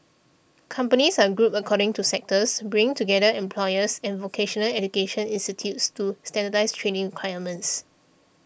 companies are grouped according to sectors bringing together employers and vocational education institutes to standardise training requirements